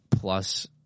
plus